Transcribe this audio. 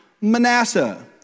Manasseh